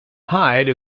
hide